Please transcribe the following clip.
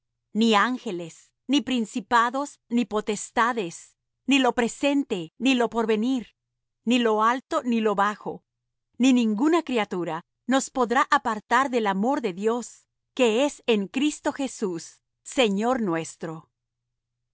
ni ángeles ni principados ni potestades ni lo presente ni lo por venir ni lo alto ni lo bajo ni ninguna criatura nos podrá apartar del amor de dios que es en cristo jesús señor nuestro